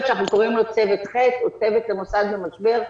שאנחנו קוראים לו צוות ח' או צוות למוסד במשבר.